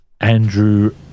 Andrew